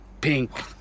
pink